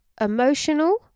emotional